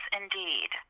indeed